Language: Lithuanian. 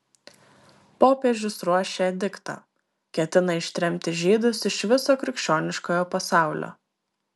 popiežius ruošia ediktą ketina ištremti žydus iš viso krikščioniškojo pasaulio